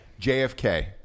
JFK